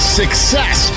success